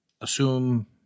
assume